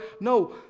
No